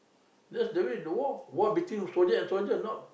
that's the way the war war between soldier and soldier not